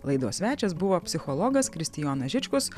laidos svečias buvo psichologas kristijonas žičkus